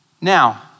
Now